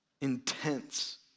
intense